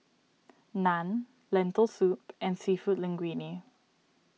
Naan Lentil Soup and Seafood Linguine